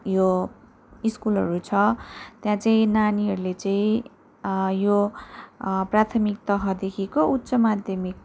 यो स्कुलहरू छ त्यहाँ चाहिँ नानीहरूले चाहिँ यो प्राथमिक तहदेखिको उच्च माध्यमिक